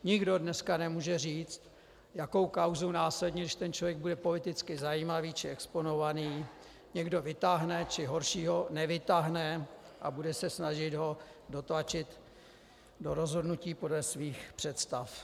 Nikdo dneska nemůže říct, jakou kauzou následně, když ten člověk bude politicky zajímavý či exponovaný, někdo vytáhne, či horšího, nevytáhne a bude se snažit ho dotlačit do rozhodnutí podle svých představ.